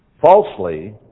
falsely